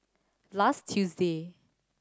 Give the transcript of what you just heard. last Tuesday